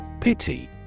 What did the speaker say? Pity